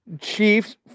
Chiefs